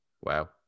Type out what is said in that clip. wow